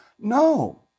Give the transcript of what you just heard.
No